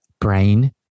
brain